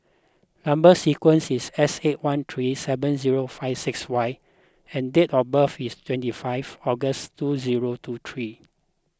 Number Sequence is S eight one three seven zero five six Y and date of birth is twenty five August two zero two three